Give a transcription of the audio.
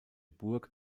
burg